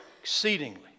exceedingly